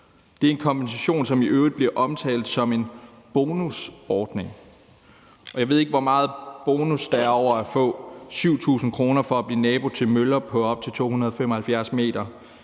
Det er en kompensation, som i øvrigt bliver omtalt som en bonusordning, og jeg ved ikke, hvor meget bonus der er over at få 7.000 kr. for at blive nabo til møller på op til 275 m,